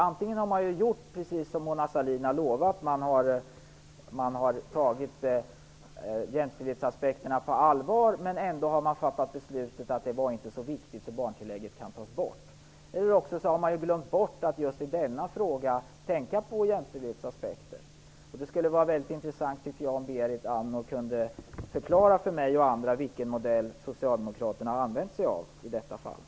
Antingen har man, precis som Mona Sahlin lovat, tagit jämställdhetsaspekterna på allvar. Ändå har man fattat beslutet att detta inte var så viktigt, så barntillägget kunde tas bort. Eller också har man i just denna fråga glömt att tänka på jämställdhetsaspekterna. Det skulle vara väldigt intressant för mig och andra att få höra Berit Andnor förklara vilken modell Socialdemokraterna i detta fall har använt sig av.